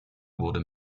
wurde